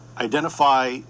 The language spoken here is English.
identify